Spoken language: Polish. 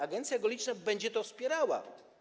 Agencja geologiczna będzie to wspierała.